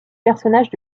personnages